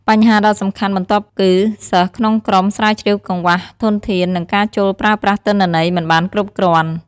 បញ្ហាដ៏សំខាន់បន្ទាប់គឺសិស្សក្នុងក្រុមស្រាវជ្រាវកង្វះធនធាន និងការចូលប្រើប្រាស់ទិន្នន័យមិនបានគ្រប់គ្រាន់។